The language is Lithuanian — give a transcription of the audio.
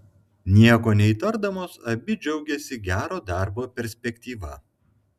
nieko neįtardamos abi džiaugėsi gero darbo perspektyva